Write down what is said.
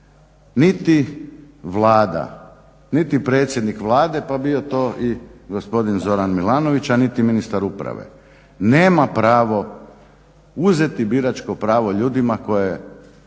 Niti Vlada, niti predsjednik Vlade, pa bio to i gospodine Zoran Milanović, a niti ministar uprave nema pravo uzeti biraču pravo ljudima koje